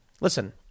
Listen